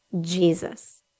Jesus